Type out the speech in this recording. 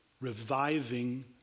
reviving